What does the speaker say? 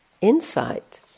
insight